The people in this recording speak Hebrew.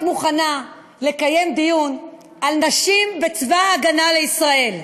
מוכנה לקיים דיון על נשים בצבא ההגנה לישראל.